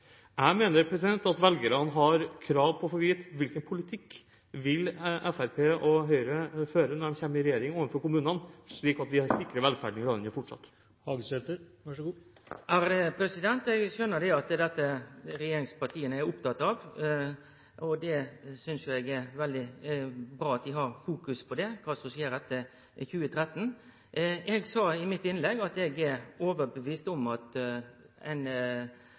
Jeg mener at velgerne har krav på å få vite hvilken politikk Fremskrittspartiet og Høyre vil føre overfor kommunene når de kommer i regjering, slik at vi fortsatt kan sikre velferden i landet. Eg skjønar at det er dette regjeringspartia er opptekne av, og eg synest det er bra at dei har fokus på kva som skjer etter 2013. Eg sa i mitt innlegg at eg er overtydd om at